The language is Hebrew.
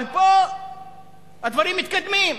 אבל פה הדברים מתקדמים,